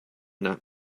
not